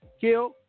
Kill